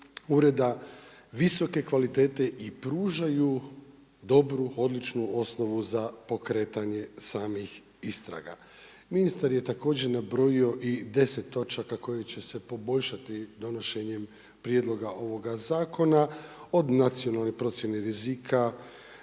ureda visoke kvalitete i pružaju dobru, odličnu osnovu za pokretanje samih istraga. Ministar je također nabrojio i 10 točaka koji će se poboljšati donošenjem prijedloga ovoga zakona, od nacionalne procjene rizika,